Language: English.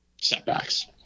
setbacks